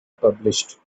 published